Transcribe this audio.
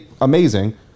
amazing